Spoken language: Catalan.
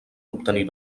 obtenir